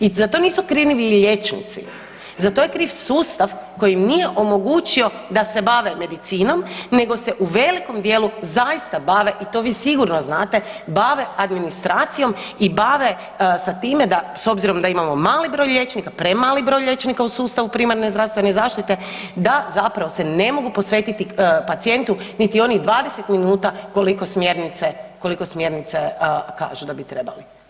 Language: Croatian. I za to nisu krivi liječnici, za to je kriv sustav koji nije omogućio da se bave medicinom nego se u velikom dijelu zaista bave i to vi sigurno znate bave administracijom i bave sa time da s obzirom da imamo mali broj liječnika, premali broj liječnika u sustavu primarne zdravstvene zaštite da zapravo se ne mogu posvetiti pacijentu niti onih 20 minuta koliko smjernice, koliko smjernice kažu da bi trebali.